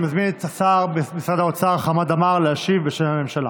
אני מזמין את השר במשרד האוצר חמד עמאר להשיב בשם הממשלה.